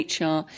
HR